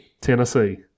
Tennessee